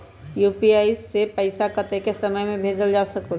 UPI से पैसा कतेक समय मे भेजल जा स्कूल?